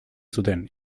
zuten